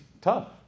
tough